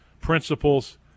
principles